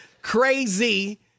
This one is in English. Crazy